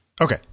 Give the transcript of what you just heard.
Okay